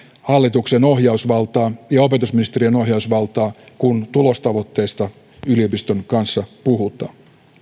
hallituksen ohjausvaltaa ja opetusministeriön ohjausvaltaa kun tulostavoitteista yliopiston kanssa puhutaan